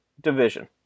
division